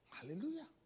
Hallelujah